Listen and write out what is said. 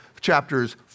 chapters